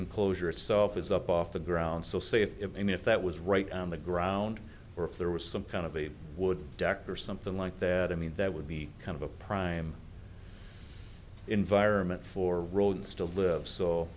enclosure itself is up off the ground so say if and if that was right on the ground or if there was some kind of a wooden deck or something like that i mean that would be kind of a prime environment for roads to live so